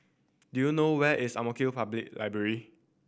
do you know where is Ang Mo Kio Public Library